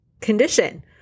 condition